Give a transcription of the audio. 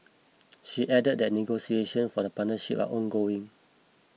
she added that negotiation for the partnership are ongoing